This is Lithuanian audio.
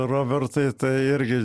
robertai tai irgi